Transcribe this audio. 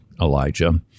Elijah